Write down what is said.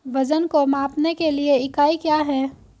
वजन को मापने के लिए इकाई क्या है?